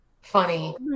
Funny